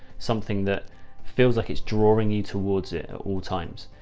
something that feels like it's drawing you towards it at all times.